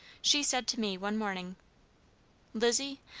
she said to me, one morning lizzie,